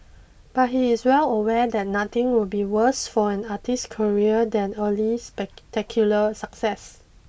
but he is well aware that nothing would be worse for an artist's career than early spectacular success